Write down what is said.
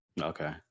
okay